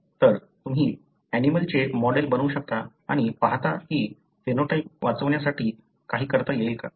तर तुम्हीऍनिमलंचे मॉडेल बनवू शकता आणि पाहता की फेनोटाइप वाचवण्यासाठी काही करता येईल का